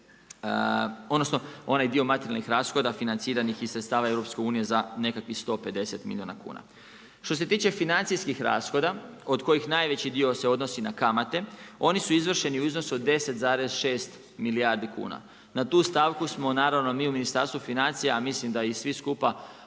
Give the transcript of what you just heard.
odnosno onaj dio materijalnih rashoda financiranih iz sredstava EU za nekakvih 150 milijuna kuna. Što se tiče financijskih rashoda od kojih najveći dio se odnosi na kamate, oni su izvršeni u iznosu od 10,6 milijardi kuna. Na tu stavku smo mi u Ministarstvu financija, a mislim da i svi skupa